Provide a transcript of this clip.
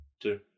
two